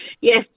Yes